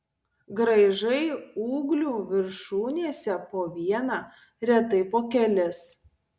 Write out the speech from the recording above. graižai ūglių viršūnėse po vieną retai po kelis